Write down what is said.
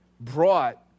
brought